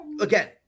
again